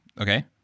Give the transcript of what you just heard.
Okay